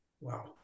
Wow